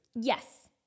Yes